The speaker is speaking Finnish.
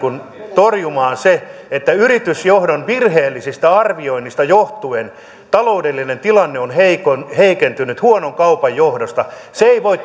torjumaan se että yritysjohdon virheellisistä arvioinneista johtuen taloudellinen tilanne on heikentynyt huonon kaupan johdosta se ei voi